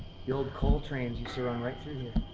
the old coal trains used to run right through here.